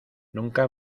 nunca